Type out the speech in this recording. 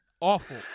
Awful